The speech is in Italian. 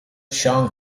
sean